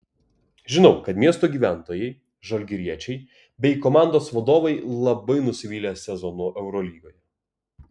žinau kad miesto gyventojai žalgiriečiai bei komandos vadovai labai nusivylė sezonu eurolygoje